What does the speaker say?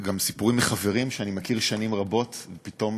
יש גם סיפורים מחברים שאני מכיר משנים רבות ופתאום